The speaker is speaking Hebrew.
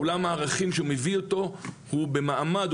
עולם הערכים שמביא אותו הוא במעמד,